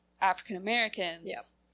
african-americans